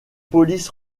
polices